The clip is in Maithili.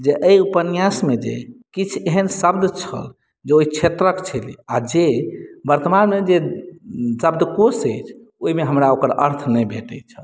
जे एहि उपन्यासमे जे किछु एहन शब्द छल जे ओहि क्षेत्रक छलै आ जे वर्तमानमे जे शब्दकोष अछि ओहिमे हमरा ओकर अर्थ नहि भेटैत छल